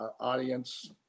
audience